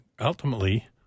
ultimately